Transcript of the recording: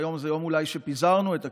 היום הזה הוא אולי יום שבו פיזרנו את הכנסת,